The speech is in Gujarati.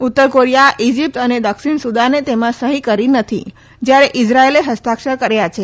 ઉત્તર કોરિયા ઇજિપ્ત અને દક્ષિણ સુદાને તેમાં સહી કરી નથી જયારે ઇઝરાયલે હસ્તાક્ષર કર્યા છે